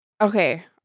okay